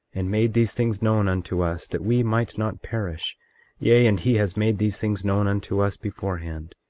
and made these things known unto us that we might not perish yea, and he has made these things known unto us beforehand,